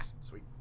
Sweet